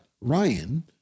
Ryan